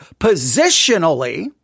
positionally